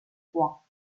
froids